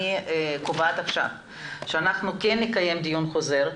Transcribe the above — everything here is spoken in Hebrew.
אני קובעת שנקיים דיון חוזר,